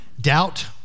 Doubt